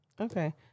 Okay